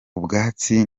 ubwatsi